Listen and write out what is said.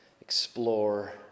explore